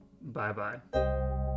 Bye-bye